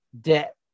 debt